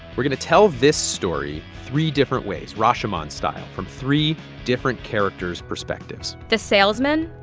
we're going to tell this story three different ways, rashomon-style, from three different characters' perspectives the salesman.